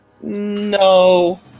no